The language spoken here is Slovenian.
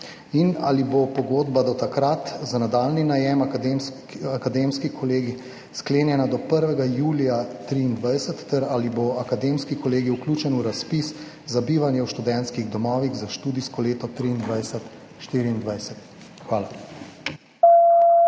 Ali bo pogodba za nadaljnji najem Akademskega kolegija sklenjena do 1. julija 2023? Ali bo Akademski kolegij vključen v razpis za bivanje v študentskih domovih za študijsko leto 2023/2024? Hvala.